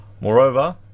Moreover